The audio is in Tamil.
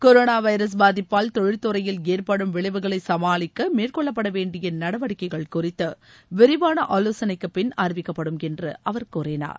கொரனாவைரஸ் பாதிப்பால் தொழில்துறையில் ஏற்படும் விளைவுகளைசமாளிக்கமேற்கொள்ளப்படவேண்டியநடவடிக்கைகள் குறித்துவிரிவானஆலோசனைக்குபின் அறிவிக்கப்படும் என்றுஅவர் கூறினார்